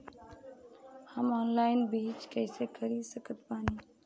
हम ऑनलाइन बीज कइसे खरीद सकत बानी?